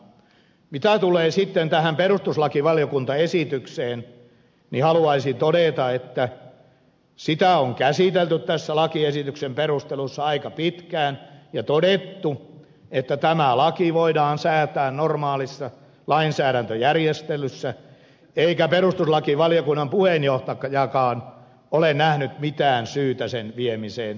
mitä tulee sitten tähän perustuslakivaliokunnan esitykseen niin haluaisin todeta että sitä on käsitelty lakiesityksen perusteluissa aika pitkään ja todettu että tämä laki voidaan säätää normaalissa lainsäädäntöjärjestelyssä eikä perustuslakivaliokunnan puheenjohtajakaan ole nähnyt mitään syytä sen viemiseen perustuslakivaliokuntaan